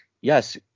yes